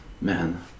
man